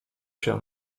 się